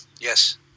Yes